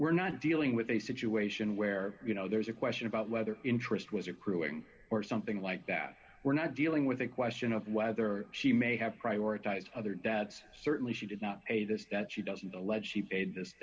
we're not dealing with a situation where you know there's a question about whether interest was accruing or something like that we're not dealing with a question of whether she may have prioritized other debts certainly she did not say this that she doesn't allege she paid